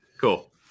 Cool